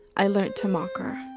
i learned to mock her.